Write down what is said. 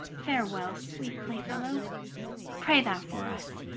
farewell, sweet playfellow pray thou for us,